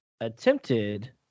attempted